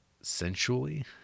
Sensually